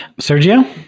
Sergio